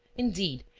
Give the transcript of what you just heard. indeed,